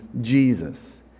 Jesus